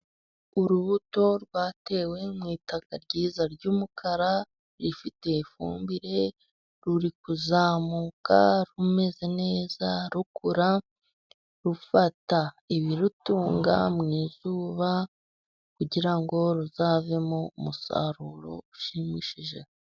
Urubuto rwatewe mu itaka ryiza ry'umukara rifite ifumbire, ruri kuzamuka rumeze neza, rukura rufata ibirutunga mu izuba, kugira ruzavemo umusaruro ushimishije.